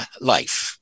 life